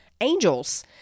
angels